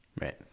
Right